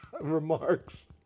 remarks